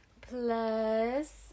plus